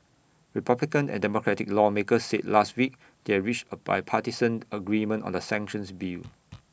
republican and democratic lawmakers said last week they are reached A bipartisan agreement on the sanctions bill